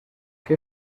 qué